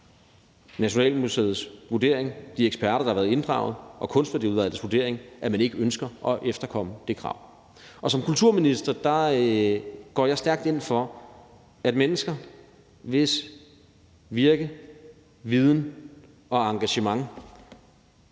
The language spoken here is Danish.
Nationalmuseet og de eksperter, der har været inddraget, og Kunstværdiudvalgets vurdering, at man ikke ønsker at efterkomme det krav. Og som kulturminister går jeg stærkt ind for, at de mennesker, hvis virke, viden og engagement